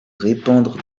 répandre